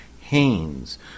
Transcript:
Haynes